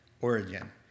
origin